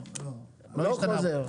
לא חוזר.